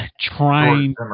trying